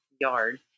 yard